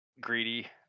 greedy